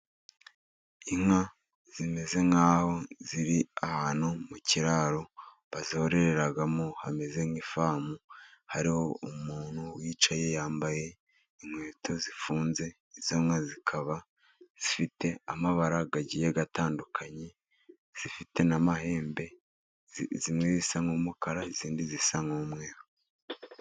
Inka zimeze nkaho ziri ahantu mu kiraro bazorereramo hameze nk'ifamu, hariho umuntu wicaye yambaye inkweto zifunze izo nka zikaba zifite amabara agiye atandukanye, zifite n'amahembe zimwe zisa nk'umukara izindi zisa n'umweru.